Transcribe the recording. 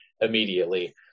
immediately